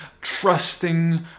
Trusting